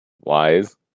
wise